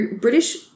British